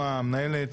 הכנסת.